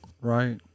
Right